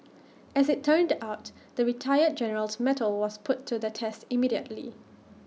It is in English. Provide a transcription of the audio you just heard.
as IT turned out the retired general's mettle was put to the test immediately